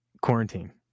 quarantine